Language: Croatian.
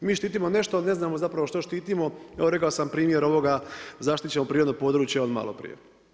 Mi štitimo nešto, a ne znamo što štitimo, evo rekao sam primjer ovoga zaštićenog prirodnog područja od malo prije.